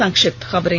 संक्षिप्त खबरें